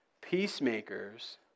peacemakers